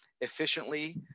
efficiently